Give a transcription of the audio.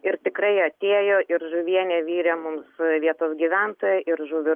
ir tikrai atėjo ir žuvienę virė mums vietos gyventojai ir žuvį